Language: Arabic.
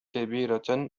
كبيرة